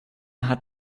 hat